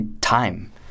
time